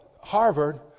Harvard